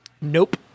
Nope